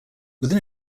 within